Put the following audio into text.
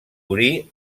morí